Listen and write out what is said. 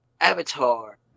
Avatar